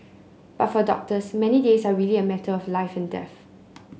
but for doctors many days are really a matter of life and death